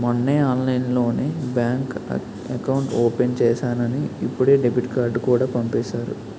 మొన్నే ఆన్లైన్లోనే bank account open చేసేసానని ఇప్పుడే డెబిట్ కార్డుకూడా పంపేసారు